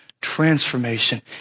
transformation